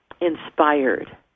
inspired